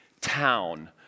town